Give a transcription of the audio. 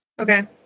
Okay